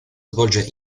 svolge